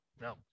No